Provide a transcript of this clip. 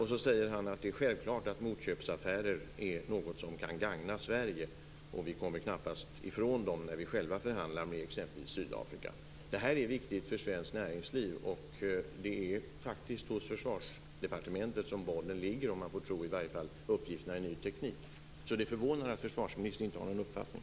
Han säger att det är självklart att motköpsaffärer kan gagna Sverige, och Sverige kommer knappast ifrån dem när Sverige förhandlar med exempelvis Sydafrika. Detta är viktigt för svenskt näringsliv. Bollen ligger hos Försvarsdepartementet - i varje fall om man skall tro uppgifterna i Ny Teknik. Det förvånar att försvarsministern inte har någon uppfattning.